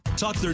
Talk